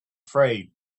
afraid